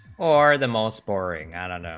are the most boring, and and